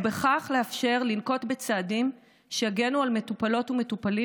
ובכך לאפשר לנקוט צעדים שיגנו על מטופלות ומטופלים